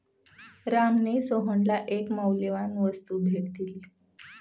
रामने सोहनला एक मौल्यवान वस्तू भेट दिली